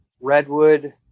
redwood